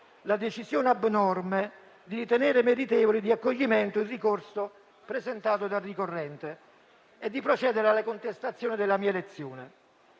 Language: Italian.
la decisione abnorme di ritenere meritevole di accoglimento il ricorso presentato dal ricorrente e di procedere alla contestazione della mia elezione.